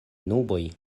nuboj